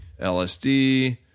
LSD